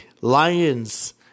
Lions